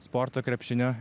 sporto krepšinio